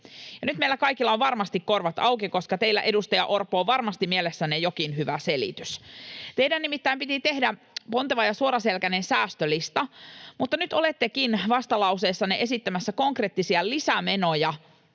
nyt meillä kaikilla on varmasti korvat auki, koska teillä, edustaja Orpo, on varmasti mielessänne jokin hyvä selitys. Teidän nimittäin piti tehdä ponteva ja suoraselkäinen säästölista, mutta nyt olettekin vastalauseessanne esittämässä konkreettisia lisämenoja